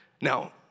Now